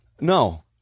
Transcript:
no